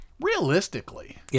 realistically